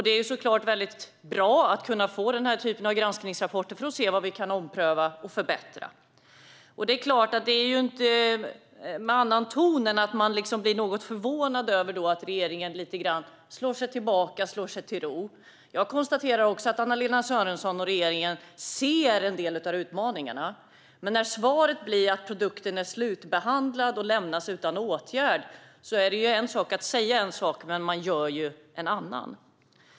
Det är såklart bra att kunna få den här typen av granskningsrapporter för att se vad vi kan ompröva och förbättra. Det är något förvånande att regeringen lutar sig tillbaka och slår sig till ro. Jag konstaterar att Anna-Lena Sörenson och regeringen ser en del av utmaningarna, men när svaret blir att produkten är slutbehandlad och lämnas utan åtgärd är det så att man säger en sak och gör en annan.